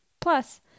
Plus